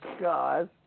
God